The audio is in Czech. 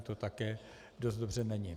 To také dost dobře není.